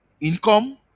income